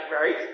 right